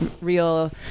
real